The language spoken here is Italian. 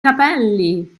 capelli